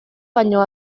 baino